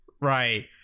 right